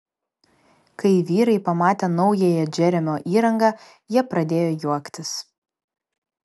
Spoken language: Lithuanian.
kai vyrai pamatė naująją džeremio įrangą jie pradėjo juoktis